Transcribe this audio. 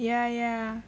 yeah yeah